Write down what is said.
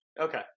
Okay